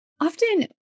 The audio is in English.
Often